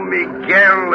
Miguel